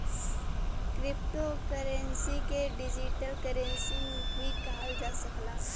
crypto currency के digital currency भी कहल जा सकला